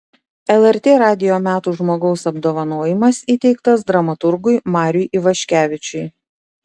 lrt radijo metų žmogaus apdovanojimas įteiktas dramaturgui mariui ivaškevičiui